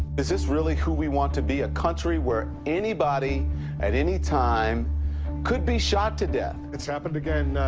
is this really who we want to be? a country where anybody at any time could be shot to death? it's happened again, ah,